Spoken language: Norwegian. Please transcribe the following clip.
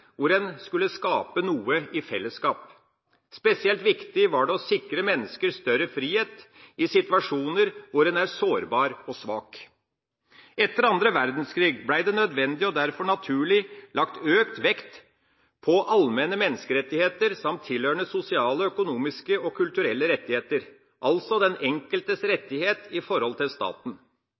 hvor en skulle skape noe i fellesskap. Spesielt viktig var det å sikre mennesker større frihet i situasjoner hvor en er sårbar og svak. Etter 2. verdenskrig ble det nødvendig og derfor naturlig lagt økt vekt på allmenne menneskerettigheter samt tilhørende sosiale, økonomiske og kulturelle rettigheter, altså den enkeltes rettighet opp mot staten. Når vi i